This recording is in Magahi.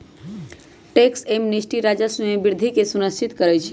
टैक्स एमनेस्टी राजस्व में वृद्धि के सुनिश्चित करइ छै